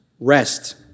rest